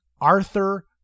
Arthur